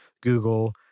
Google